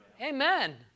Amen